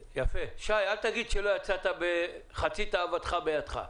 שי, אל תגיד שלא יצאת עם חצי תאוותך בידך.